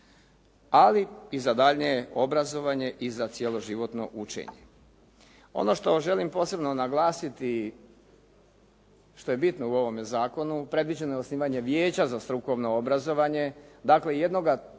ali i za daljnje obrazovanje i za cjeloživotno učenje. Ono što želim posebno naglasiti što je bitno u ovome zakonu, predviđeno je osnivanje vijeća za strukovno obrazovanje, dakle jednoga tijela